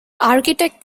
architect